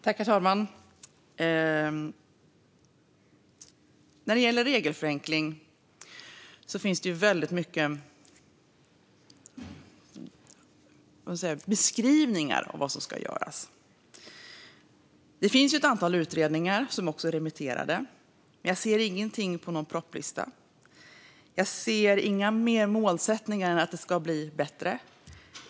Herr talman! När det gäller regelförenkling finns det väldigt mycket beskrivningar av vad som ska göras. Det finns ett antal utredningar som också är remitterade. Men jag ser inte någonting på någon propositionslista. Jag ser inga fler målsättningar än att det ska bli bättre.